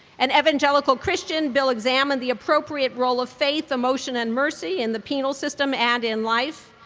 an evangelical christian, bill examined the appropriate role of faith, emotion, and mercy in the penal system and in life,